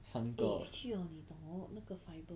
三个